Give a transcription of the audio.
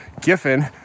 Giffen